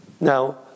Now